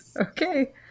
Okay